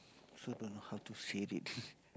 also don't know how to say it